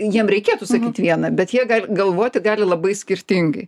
jiem reikėtų sakyt vieną bet jie gali galvoti gali labai skirtingai